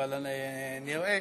אבל נראה.